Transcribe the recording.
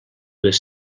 les